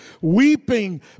Weeping